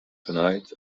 tonight